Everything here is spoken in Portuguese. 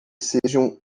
sejam